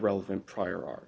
relevant prior ar